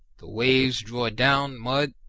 the waves draw down mud,